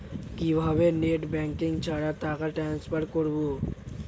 কিভাবে net banking ছাড়া টাকা টান্সফার করব?